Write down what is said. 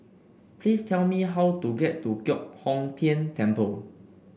please tell me how to get to Giok Hong Tian Temple